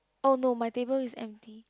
oh no my table is empty